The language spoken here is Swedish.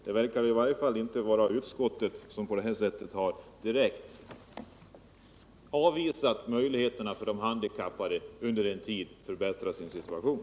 Det verkar i varje fall inte vara utskottet, som på det här sättet har direkt avvisat åtgärder som skulle skapa möjligheter för de handikappade att under en tid förbättra sin situation.